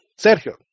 Sergio